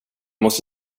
måste